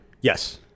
Yes